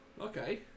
okay